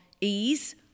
ease